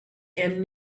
and